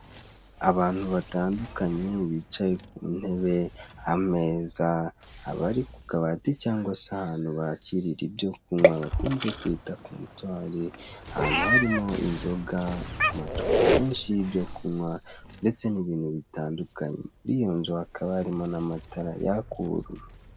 Abantu batandukanye bicaye ku ntebe, ameza abari ku kabati cyangwa se ahantu bakirira ibyo kunywa bakunze kwita kontwari, ahantu harimo inzoga amacupa menshi y'ibyo kunywa ndetse n'ibintu bitandukanye, muri iyo nzu hakaba harimo n'amatara yaka ubururu.